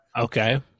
okay